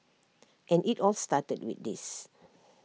and IT all started with this